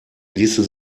ließe